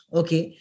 okay